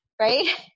right